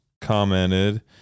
commented